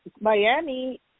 Miami